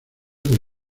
del